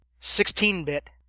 16-bit